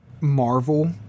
Marvel